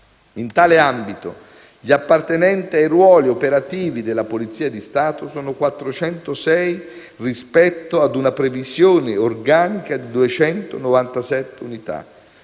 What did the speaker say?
In tale ambito, gli appartenenti ai ruoli operativi della Polizia di Stato sono 406, rispetto ad una previsione organica di 297 unità,